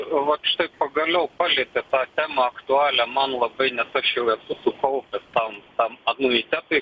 vat štai pagaliau palietėt tą temą aktualią man labai nes aš jau esu sukaupęs tam tam anuitetui